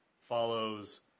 follows